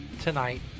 tonight